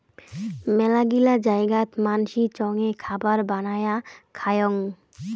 মেলাগিলা জায়গাত মানসি চঙে খাবার বানায়া খায়ং